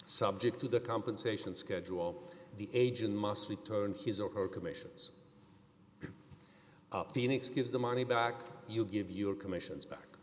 subject to the compensation schedule the agent must return his or her commissions phoenix gives the money back you give your commissions back